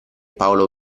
paolo